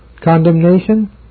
Condemnation